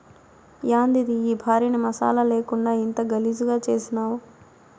యాందిది ఈ భార్యని మసాలా లేకుండా ఇంత గలీజుగా చేసినావ్